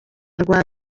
rwa